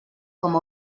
com